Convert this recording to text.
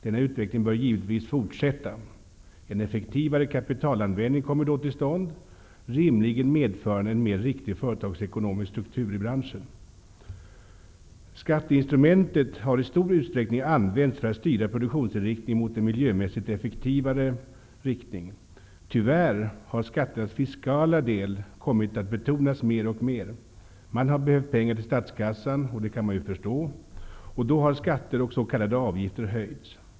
Denna utveckling bör givetvis fortsätta. En effektivare kapitalanvändning kommer då till stånd, rimligen medförande en mer riktig företagsekonomisk struktur i branschen. Skatteinstrumentet har i stor utsträckning använts för att styra produktionsinriktningen mot en miljömässigt effektivare riktning. Tyvärr har skatternas fiskala del kommit att betonas mer och mer. Det har behövts pengar till statskassan -- vilket man kan förstå -- och då har skatter och s.k. avgifter höjts.